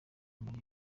muri